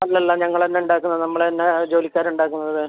അല്ല അല്ല ഞങ്ങൾ തന്നെ ഉണ്ടാക്കുന്ന നമ്മൾ തന്നെ ജോലിക്കാരുണ്ടാക്കുന്നത്